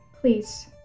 Please